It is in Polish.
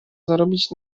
zarobić